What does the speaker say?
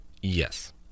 Yes